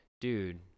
dude